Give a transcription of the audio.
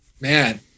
Man